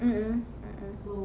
mm mm mm mm